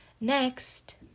next